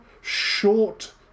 short